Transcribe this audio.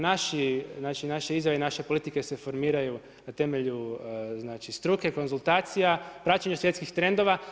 Naše izjave i naše politike se formiraju na temelju struke, konzultacija, praćenju svjetskih trendova.